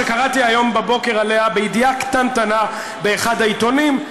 שקראתי היום בבוקר עליה בידיעה קטנטנה באחד העיתונים,